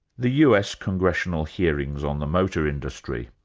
the us congressional hearings on the motor industry.